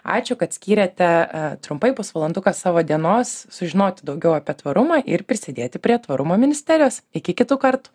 ačiū kad skyrėte trumpai pusvalanduką savo dienos sužinoti daugiau apie tvarumą ir prisidėti prie tvarumo ministerijos iki kitų kartų